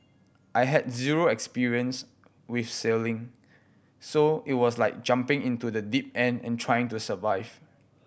I had zero experience with sailing so it was like jumping into the deep end and trying to survive